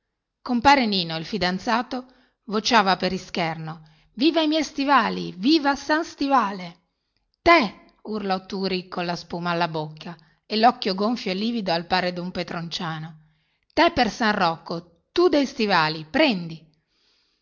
compare nino il fidanzato vociava per ischerno viva i miei stivali viva san stivale te urlò turi colla spuma alla bocca e locchio gonfio e livido al pari duna petronciana te per san rocco tu dei stivali prendi